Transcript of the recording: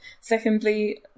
Secondly